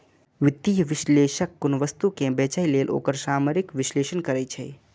वित्तीय विश्लेषक कोनो वस्तु कें बेचय लेल ओकर सामरिक विश्लेषण करै छै